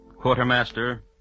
quartermaster